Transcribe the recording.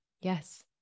yes